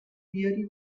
بیاری